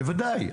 בוודאי.